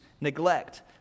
neglect